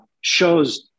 shows